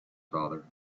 father